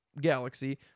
galaxy